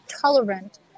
tolerant